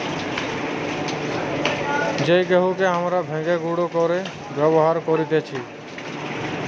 যেই গেহুকে হামরা ভেঙে গুঁড়ো করে ব্যবহার করতেছি